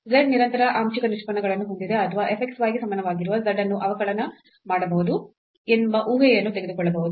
z ನಿರಂತರ ಆಂಶಿಕ ನಿಷ್ಪನ್ನಗಳನ್ನು ಹೊಂದಿದೆ ಅಥವಾ f x y ಗೆ ಸಮಾನವಾಗಿರುವ z ಅನ್ನು ಅವಕಲನ ಮಾಡಬಹುದು ಎಂಬ ಊಹೆಯನ್ನು ತೆಗೆದುಕೊಳ್ಳಬಹುದು